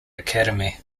academy